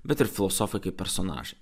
bet ir filosofai personažai